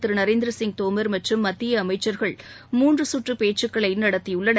திரு நரேந்திர சிங் தோமர் மற்றும் மத்திய அமைச்ச்கள் மூன்று குற்று பேச்சுக்களை நடத்தியுள்ளனர்